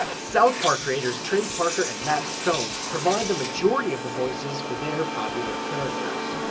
ah south park creators trey parker and matt stone provide the majority of the voices for their popular characters.